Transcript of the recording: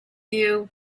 you